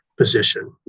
position